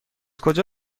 کجا